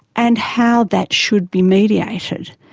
and how that should be mediated.